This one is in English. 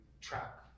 track